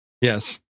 Yes